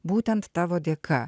būtent tavo dėka